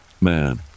Man